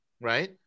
right